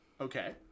Okay